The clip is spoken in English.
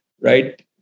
right